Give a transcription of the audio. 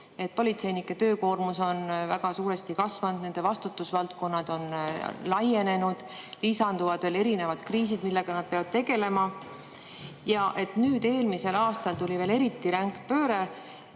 et politseinike töökoormus on väga suuresti kasvanud, nende vastutusvaldkonnad on laienenud, lisanduvad veel erinevad kriisid, millega nad peavad tegelema. Ja et nüüd, eelmisel aastal tuli veel eriti ränk pööre.